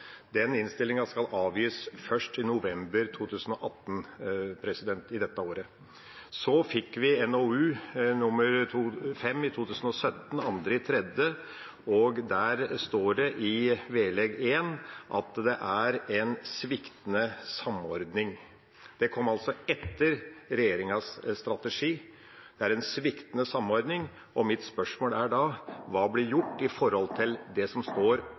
Den innstillinga skal avgis først i november 2018 – i dette året. Så fikk vi NOU 2017:5 den 2. mars, og der står det i vedlegg 1 at det er «sviktende samordning». Det kom altså etter regjeringas strategi. Det er en sviktende samordning. Mitt spørsmål er da: Hva blir gjort når det gjelder det som står